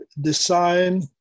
design